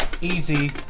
easy